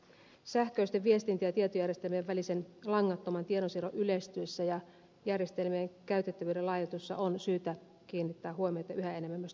sähköisten viestintä ja tietojärjestelmien välisen langattoman tiedonsiirron yleistyessä ja järjestelmien käytettävyyden laajentuessa on syytä kiinnittää huomiota yhä enemmän myös toimintavarmuuteen